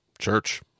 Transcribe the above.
church